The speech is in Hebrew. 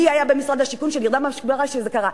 מי היה במשרד השיכון שנרדם בשמירה כשזה קרה.